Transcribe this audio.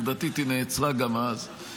עובדתית היא נעצרה גם אז.